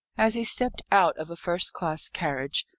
as he stepped out of a first-class carriage,